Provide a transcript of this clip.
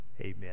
amen